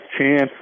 chance